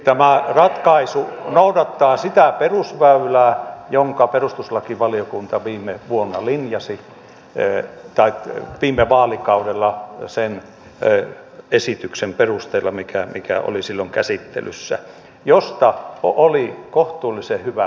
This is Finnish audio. tämä ratkaisu noudattaa sitä perusväylää jonka perustuslakivaliokunta viime vaalikaudella linjasi sen esityksen perusteella mikä oli silloin käsittelyssä josta oli kohtuullisen hyvä yhteisymmärrys